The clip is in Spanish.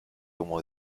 como